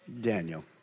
Daniel